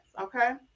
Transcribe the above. Okay